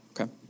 Okay